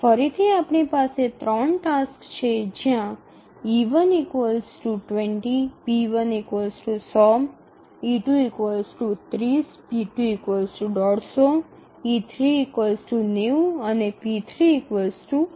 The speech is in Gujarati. ફરીથી આપણી પાસે 3 ટાસક્સ છે જ્યાં e1 ૨0 p1 ૧00 e2 ૩0 p2 ૧૫0 e3 ૯0 અને p3 ૨00 છે